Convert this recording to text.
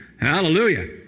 Hallelujah